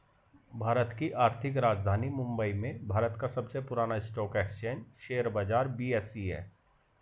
भारत की आर्थिक राजधानी मुंबई में भारत का सबसे पुरान स्टॉक एक्सचेंज शेयर बाजार बी.एस.ई हैं